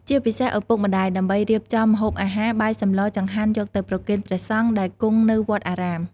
ជាពិសេសឪពុកម្ដាយ ដើម្បីរៀបចំម្ហូបអាហារ បាយសម្ល ចង្ហាន់យកទៅប្រគេនព្រះសង្ឃដែលគង់នៅវត្តអារាម។